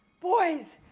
boys!